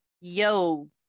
Yo